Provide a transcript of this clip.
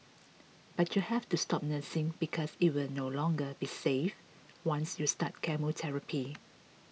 but you have to stop nursing because it will no longer be safe once you start chemotherapy